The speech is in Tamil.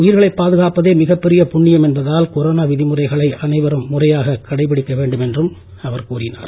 உயிர்களை பாதுகாப்பதே மிகப் பெரிய புண்ணியம் என்பதால் கொரோனா விதிமுறைகளை அனைவரும் முறையாக கடைபிடிக்க வேண்டும் என்றும் அவர் கூறினார்